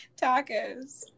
Tacos